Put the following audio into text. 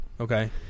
Okay